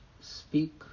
Speak